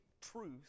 truth